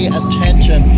attention